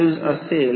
01 Ω दिले आहे